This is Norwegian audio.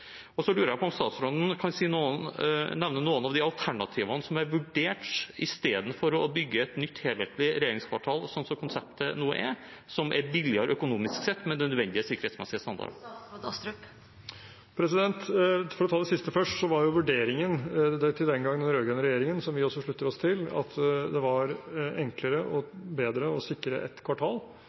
Så lurer jeg på om statsråden kan nevne noen av de alternativene som er vurdert i stedet for å bygge et nytt, helhetlig regjeringskvartal slik som konseptet er nå, som er billigere økonomisk sett, med den nødvendige sikkerhetsmessig standard. For å ta det siste først: Vurderingen den gang fra den rød-grønne regjeringen, som vi også sluttet oss til, var at det var enklere og bedre og ikke minst billigere å sikre ett kvartal